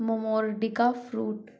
momordica fruit